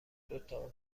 دوتا